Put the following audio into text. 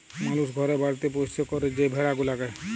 মালুস ঘরে বাড়িতে পৌষ্য ক্যরে যে ভেড়া গুলাকে